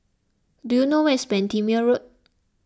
do you know where is Bendemeer Road